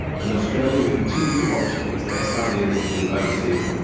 then australia will continue to watch its best ideas move overseas.